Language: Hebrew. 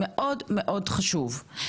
מאוד מאוד חשוב.